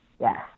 Yes